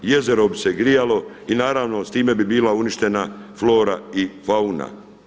Jezero bi se grijalo i naravno s time bi bila uništena flora i fauna.